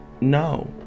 no